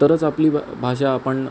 तरच आपली ब भाषा आपण